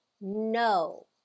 no